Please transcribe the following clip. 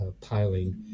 piling